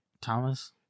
Thomas